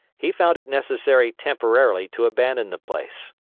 he found it necessary temporarily to abandon the place.